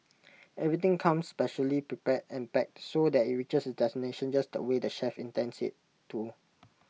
everything comes specially prepared and packed so that IT reaches destination just the way the chefs intend IT to